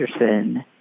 Anderson